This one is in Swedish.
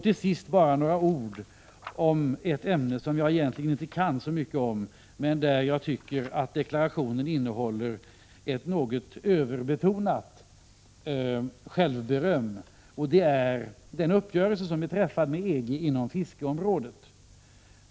Till sist vill jag med några ord beröra ett ämne som jag egentligen inte är så insatt i men som i deklarationen behandlas med ett något överbetonat självberöm, nämligen den uppgörelse inom fiskeområdet som är träffad med EG.